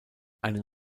einen